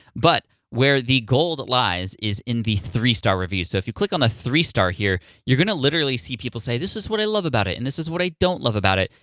but where the gold lies is in the three star reviews. so if you click on the three star here, you're gonna literally see people say, this is what i love about it and this is what i don't love about it.